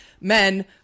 men